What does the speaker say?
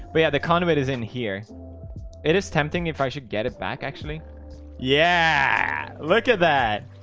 but yeah, the conduit is in here it is tempting if i should get it back actually yeah look at that.